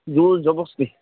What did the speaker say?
জোৰ জবৰদস্তি